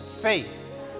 faith